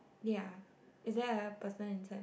ya is there like a person inside there